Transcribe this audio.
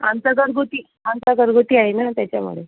आमचा घरगुती आमचा घरगुती आहे ना त्याच्यामुळे